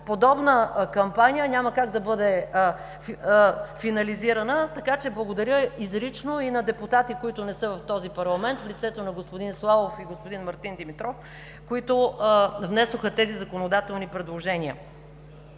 подобна кампания няма как да бъде финализирана. Така че благодаря изрично и на депутати, които не са в този парламент, в лицето на господин Славов и господин Мартин Димитров, които внесоха законодателните предложения.